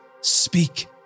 speak